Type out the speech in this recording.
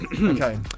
Okay